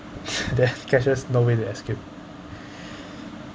the cashless nowhere to excuse